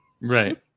right